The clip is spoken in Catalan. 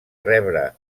rebre